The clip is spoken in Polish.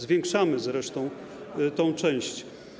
Zwiększamy zresztą tę część.